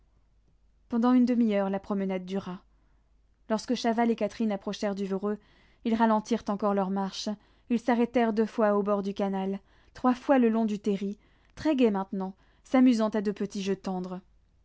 pendant une demi-heure la promenade dura lorsque chaval et catherine approchèrent du voreux ils ralentirent encore leur marche ils s'arrêtèrent deux fois au bord du canal trois fois le long du terri très gais maintenant s'amusant à de petits jeux tendres